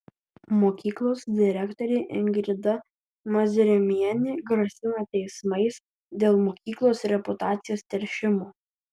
mokyklos direktorė ingrida mazrimienė grasina teismais dėl mokyklos reputacijos teršimo